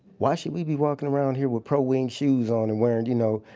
why should we be walking around here with pro wing shoes on and wearing, you know,